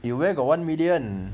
you where got one million